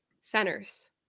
centers